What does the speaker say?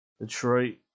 Detroit